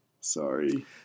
Sorry